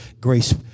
Grace